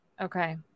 Okay